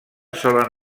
solen